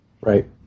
Right